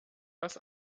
dass